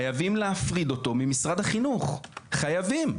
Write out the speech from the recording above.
חייבים להפריד אותו ממשרד החינוך, חייבים.